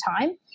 time